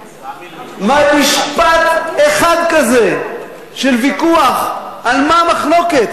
משפט אחד כזה של ויכוח, על מה המחלוקת?